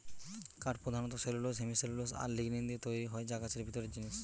কাঠ পোধানত cellulose, hemicellulose আর লিগনিন দিয়ে তৈরি যা গাছের ভিতরের জিনিস